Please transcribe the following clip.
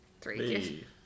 Three